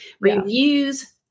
Reviews